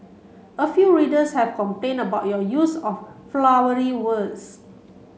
a few readers have complained about your use of 'flowery' words